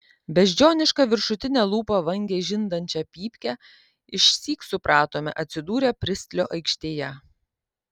beždžioniška viršutine lūpa vangiai žindančią pypkę išsyk supratome atsidūrę pristlio aikštėje